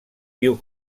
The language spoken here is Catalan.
viu